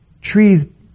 Trees